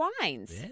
wines